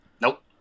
Nope